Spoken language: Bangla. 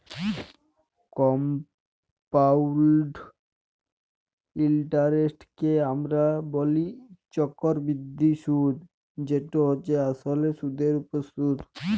কমপাউল্ড ইলটারেস্টকে আমরা ব্যলি চক্করবৃদ্ধি সুদ যেট হছে আসলে সুদের উপর সুদ